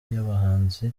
y’abahanzi